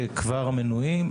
שכבר מנויים,